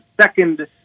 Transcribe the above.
second